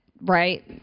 right